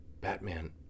Batman